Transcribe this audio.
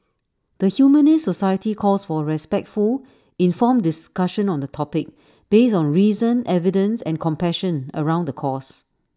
the Humanist society calls for respectful informed discussion on the topic based on reason evidence and compassion around the cause